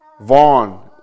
Vaughn